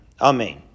Amen